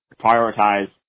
prioritize